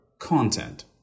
content